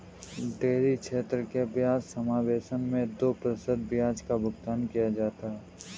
dairy क्षेत्र के ब्याज सबवेसन मैं दो प्रतिशत ब्याज का भुगतान किया जाता है